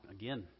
again